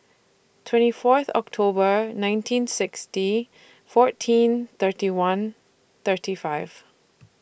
twenty Fourth October nineteen sixty fourteen thirty one thirty five